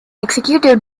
executive